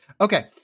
Okay